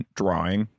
drawing